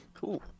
Cool